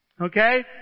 Okay